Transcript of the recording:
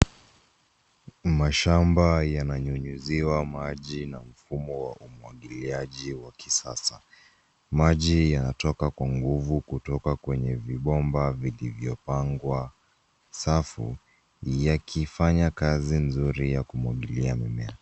Mashamba yananyunyuziwa maji na mfumo wa umwagiliaji wa kisasa. Maji yanatoka kwa nguvu kutoka kwenye vibomba vilivyopangwa safu, yakifanya kazi nzuri ya kumwagilia mimea.